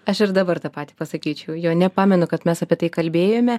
aš ir dabar tą patį pasakyčiau jo nepamenu kad mes apie tai kalbėjome